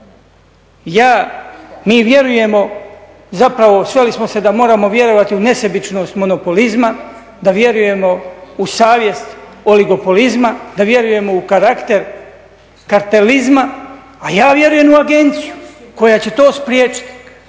Ja, mi vjerujemo, zapravo sveli smo se da moramo vjerovati u nesebičnost monopolizma, da vjerujemo u savjest oligopolizma, da vjerujemo u karakter kartelizma, a ja vjerujem u agenciju koja će to spriječiti,